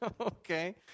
Okay